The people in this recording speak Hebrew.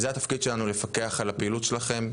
זה התפקיד שלנו, לפקח על הפעילות שלכם.